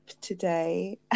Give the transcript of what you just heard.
today